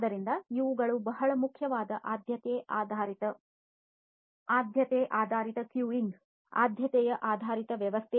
ಆದ್ದರಿಂದ ಇವುಗಳು ಬಹಳ ಮುಖ್ಯವಾದ ಆದ್ಯತೆ ಆಧಾರಿತ ಆದ್ಯತೆ ಆಧಾರಿತ ಕ್ಯೂಯಿಂಗ್ ಆದ್ಯತೆಯ ಆಧಾರಿತ ವ್ಯವಸ್ಥೆ ಏಕೀಕರಣ ಮತ್ತು ಹೀಗೆ ಆಗಿವೆ